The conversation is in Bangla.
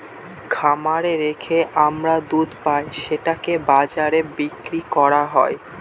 খামারে রেখে আমরা দুধ পাই সেটাকে বাজারে বিক্রি করা হয়